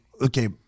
Okay